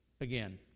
again